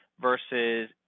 versus